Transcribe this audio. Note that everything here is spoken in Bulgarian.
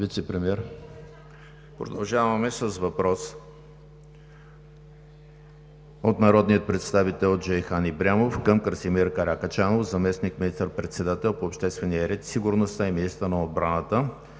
Димитър Бойчев. Продължаваме с въпрос от народния представител Джейхан Ибрямов към Красимир Каракачанов – заместник министър-председател по обществения ред и сигурността и министър на отбраната.